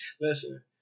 Listen